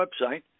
website